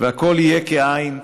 "והכול יהיה כאין,